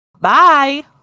Bye